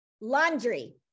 Laundry